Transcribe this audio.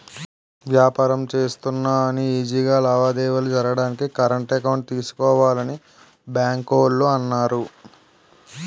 వ్యాపారం చేస్తున్నా అని ఈజీ గా లావాదేవీలు జరగడానికి కరెంట్ అకౌంట్ తీసుకోవాలని బాంకోల్లు అన్నారు